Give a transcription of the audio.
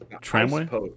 Tramway